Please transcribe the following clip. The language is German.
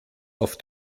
auf